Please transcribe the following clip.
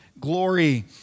glory